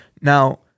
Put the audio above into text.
Now